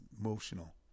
emotional